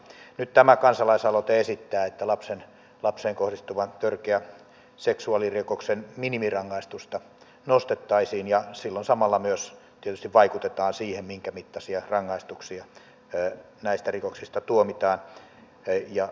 nyt tämä kansalaisaloite esittää että lapseen kohdistuvan törkeän seksuaalirikoksen minimirangaistusta nostettaisiin ja silloin samalla myös tietysti vaikutetaan siihen minkä mittaisia rangaistuksia näistä rikoksista tuomitaan